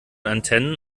antennen